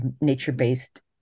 nature-based